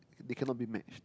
they cannot be match